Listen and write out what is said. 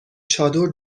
چادر